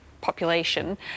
population